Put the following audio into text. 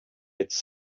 its